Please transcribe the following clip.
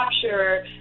capture